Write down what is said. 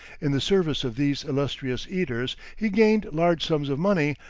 in the service of these illustrious eaters he gained large sums of money,